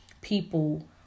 people